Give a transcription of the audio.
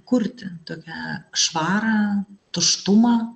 kurti tokią švarą tuštumą